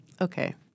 Okay